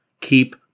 Keep